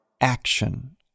action